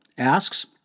asks